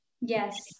yes